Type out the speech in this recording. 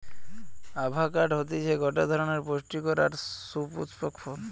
avocado হতিছে গটে ধরণের পুস্টিকর আর সুপুস্পক ফল